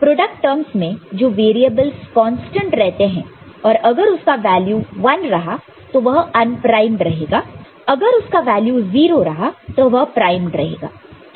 product terms मैं जो variables constant रहते हैं और अगर उसका वैल्यू 1 रहा तो वह अनप्राइमड रहेगा और अगर उसका वैल्यू 0 रहा तो वह प्राइमड रहेगा